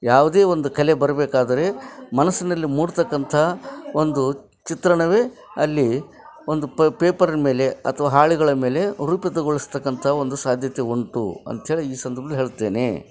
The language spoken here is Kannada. ಯಾವುದೇ ಒಂದು ಕಲೆ ಬರಬೇಕಾದರೆ ಮನಸ್ಸಿನಲ್ಲಿ ಮೂಡ್ತಕ್ಕಂಥ ಒಂದು ಚಿತ್ರಣವೇ ಅಲ್ಲಿ ಒಂದು ಪ ಪೇಪರಿನ ಮೇಲೆ ಅಥವಾ ಹಾಳೆಗಳ ಮೇಲೆ ರೂಪಿತಗೊಳಿಸ್ತಕ್ಕಂಥ ಒಂದು ಸಾಧ್ಯತೆ ಉಂಟು ಅಂತ್ಹೇಳಿ ಈ ಸಂದರ್ಭದಲ್ಲಿ ಹೇಳ್ತೇನೆ